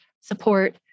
support